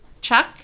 Chuck